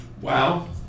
Wow